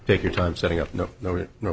take your time setting up no kno